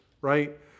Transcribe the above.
right